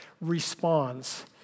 responds